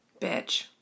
bitch